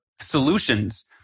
solutions